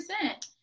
percent